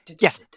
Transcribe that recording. Yes